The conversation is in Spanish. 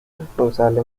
responsable